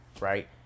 Right